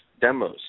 demos